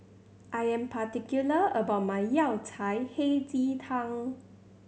I am particular about my Yao Cai Hei Ji Tang